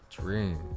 dream